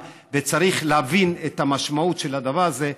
וצריך להבין את המשמעות של הדבר הזה,